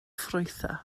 ffrwythau